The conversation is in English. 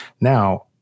Now